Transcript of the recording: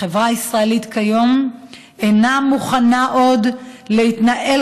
החברה הישראלית כיום אינה מוכנה עוד להתנהל